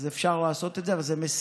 אז אפשר לעשות את זה, אבל זו משימה.